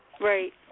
Right